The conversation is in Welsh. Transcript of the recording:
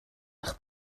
eich